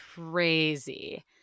crazy